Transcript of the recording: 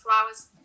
flowers